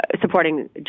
supporting